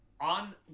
on